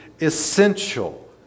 essential